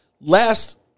Last